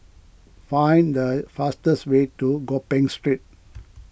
find the fastest way to Gopeng Street